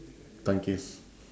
tank case